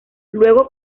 luego